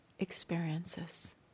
experiences